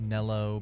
Nello